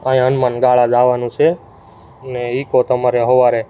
અહીં હનુમાનગાળા જવાનું છે ને ઈકો તમારે સવારે